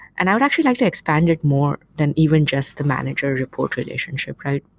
and i would actually like to expand it more than even just the manager report relationship, right?